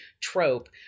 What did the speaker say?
trope